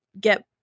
Get